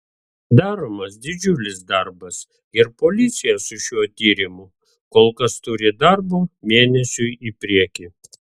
daromas didžiulis darbas ir policija su šiuo tyrimu kol kas turi darbo mėnesiui į priekį